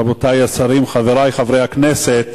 רבותי השרים, חברי חברי הכנסת,